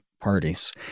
parties